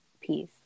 peace